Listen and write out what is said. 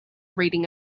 reading